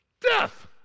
death